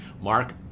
Mark